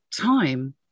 time